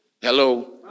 Hello